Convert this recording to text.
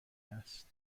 است